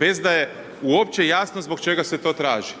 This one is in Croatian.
bez da je uopće jasno zbog čega se to traži.